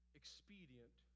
expedient